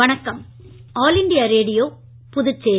வணக்கம் ஆல்இண்டியாரேடியோ புதுச்சேரி